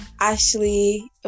Ashley